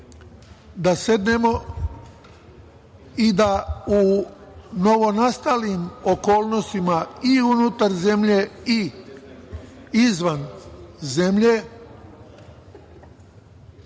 da sednemo i da u novonastalim okolnostima i unutar zemlje i izvan zemlje